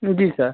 जी sir